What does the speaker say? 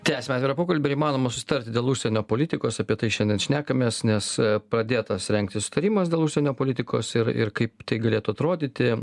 tęsiame atvirą pokalbį ar įmanoma susitarti dėl užsienio politikos apie tai šiandien šnekamės nes pradėtas rengti sutarimas dėl užsienio politikos ir ir kaip tai galėtų atrodyti